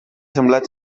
semblat